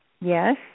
Yes